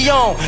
on